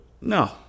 No